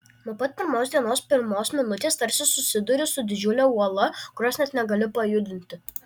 nuo pat pirmos dienos pirmos minutės tarsi susiduri su didžiule uola kurios net negali pajudinti